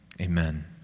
Amen